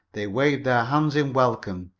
they waved their hands in welcome,